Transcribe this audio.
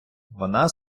вона